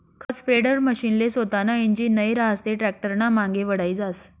खत स्प्रेडरमशीनले सोतानं इंजीन नै रहास ते टॅक्टरनामांगे वढाई जास